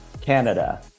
Canada